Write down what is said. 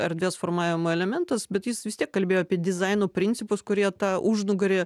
erdvės formavimo elementas bet jis vis tiek kalbėjo apie dizaino principus kurie tą užnugarį